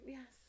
Yes